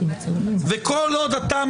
כל עוד אתה,